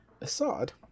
Assad